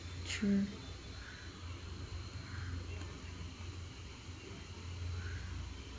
true